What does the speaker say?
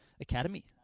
academy